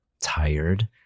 tired